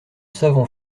savant